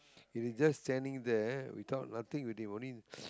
he's just standing there we thought nothing already only